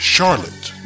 Charlotte